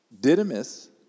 Didymus